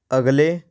ਅਗਲੇ